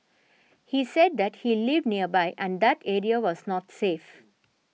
he said that he lived nearby and that area was not safe